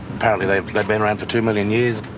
apparently they've like been around for two million years.